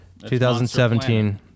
2017